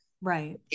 Right